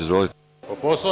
Izvolite.